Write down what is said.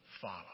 follow